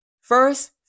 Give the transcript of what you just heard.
first